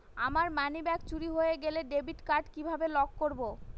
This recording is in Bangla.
আমার মানিব্যাগ চুরি হয়ে গেলে ডেবিট কার্ড কিভাবে লক করব?